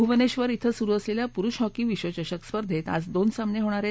भूवनेक्षवर इथं सुरु असलेल्या पुरुष हॉकी विक्वचषक स्पर्धेत आज दोन सामने होणार आहेत